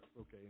Okay